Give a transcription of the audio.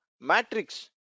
matrix